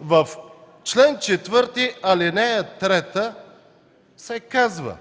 в чл. 4, ал. 3 се казва: